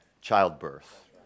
childbirth